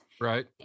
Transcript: Right